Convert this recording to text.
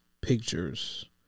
pictures